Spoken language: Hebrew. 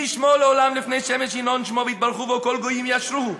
יהי שמו לעולם לפני שמש ינון שמו ויתברכו בו כל גויים יאשרהו.